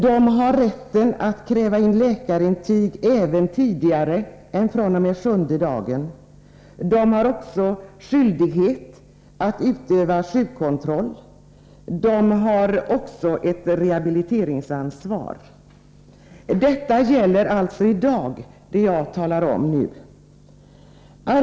Han har rätten att kräva läkarintyg även tidigare än fr.o.m. den sjunde dagen. Han har skyldighet att utöva sjukkontroll. Han har också ett rehabiliteringsansvar. Detta gäller alltså i dag. Arbetsgivaren får tillbaka pengarna.